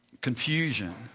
confusion